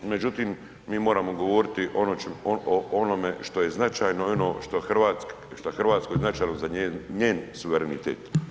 Međutim, mi moramo govoriti o onome što je značajno i o onome što je Hrvatskoj značajno za njen suverenitet.